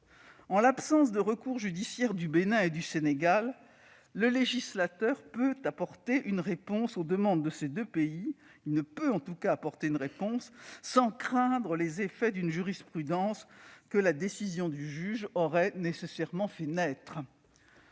en l'absence de recours judiciaire du Bénin et du Sénégal, le législateur peut apporter une réponse aux demandes de ces deux pays sans craindre les effets d'une jurisprudence que la décision du juge aurait nécessairement fait naître.